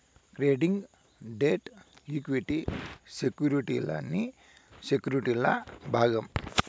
trading, debt, equity సెక్యుర్టీలన్నీ సెక్యుర్టీల్ల భాగం